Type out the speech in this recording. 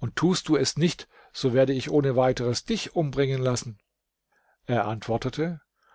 und tust du es nicht so werde ich ohne weiteres dich umbringen lassen er antwortete